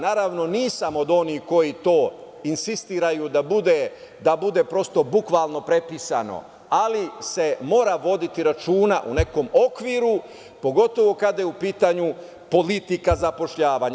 Naravno, nisam od onih koji to insistiraju da bude prosto bukvalno prepisano, ali se mora voditi računa o nekom okviru, pogotovo kada je u pitanju politika zapošljavanja.